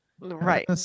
right